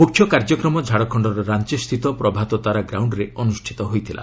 ମୁଖ୍ୟ କାର୍ଯ୍ୟକ୍ରମ ଝାଡ଼ଖଣ୍ଡର ରାଞ୍ଚି ସ୍ଥିତ ପ୍ରଭାତ ତାରା ଗ୍ରାଉଣ୍ଡରେ ଅନୁଷ୍ଠିତ ହୋଇଥିଲା